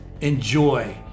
enjoy